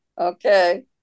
Okay